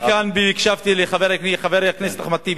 כאן והקשבתי לחבר הכנסת אחמד טיבי.